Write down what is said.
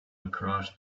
across